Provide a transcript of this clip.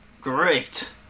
great